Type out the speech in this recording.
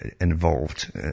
Involved